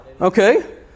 Okay